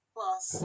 Plus